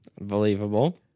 Unbelievable